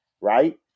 Right